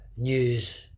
news